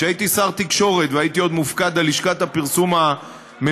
כשהייתי שר התקשורת והייתי עוד מופקד על לשכת הפרסום הממשלתית,